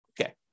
Okay